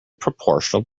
proportional